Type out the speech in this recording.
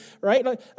right